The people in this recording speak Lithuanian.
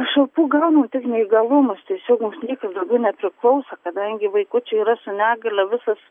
pašalpų gaunam tik neįgalumus tiesiog mums niekas daugiau nepriklauso kadangi vaikučiai yra su negalia visas